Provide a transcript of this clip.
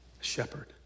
shepherd